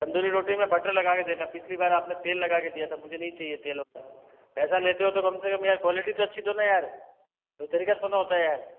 तंदूरी रोटी में बटर लगा के देना पिछली बार आपने तेल लगा के दिया था मुझे नहीं चाहिए तेल वाला पैसा लेते हो तो कम से कम यार क्वालिटी तो अच्छी दो ना यार ये तरीका थोड़ी न होता है यार